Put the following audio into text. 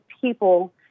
people